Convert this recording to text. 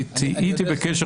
תהיי איתי בקשר,